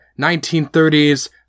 1930s